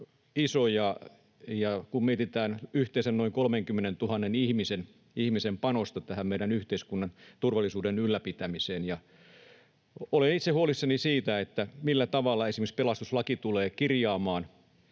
kun mietitään yhteensä noin 30 000 ihmisen panosta meidän yhteiskunnan turvallisuuden ylläpitämiseen. Olen itse huolissani siitä, millä tavalla esimerkiksi pelastuslaki tulee sen kirjaamaan.